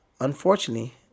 unfortunately